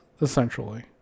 essentially